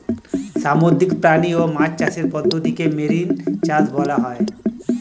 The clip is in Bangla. সামুদ্রিক প্রাণী ও মাছ চাষের পদ্ধতিকে মেরিন চাষ বলা হয়